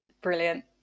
Brilliant